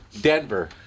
Denver